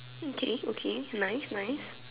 okay okay nice nice